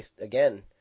again